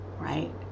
right